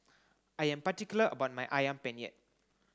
I am particular about my Ayam Penyet